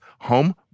home